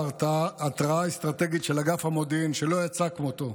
התרעה אסטרטגית של אגף המודיעין שלא יצאה כמותה,